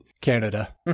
Canada